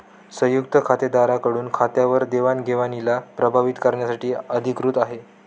संयुक्त खातेदारा कडून खात्यावर देवाणघेवणीला प्रभावीत करण्यासाठी अधिकृत आहे